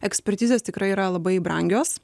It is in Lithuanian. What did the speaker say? ekspertizės tikrai yra labai brangios